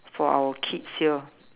for our kids here